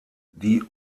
die